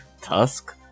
Tusk